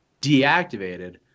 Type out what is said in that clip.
deactivated